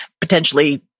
potentially